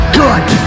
good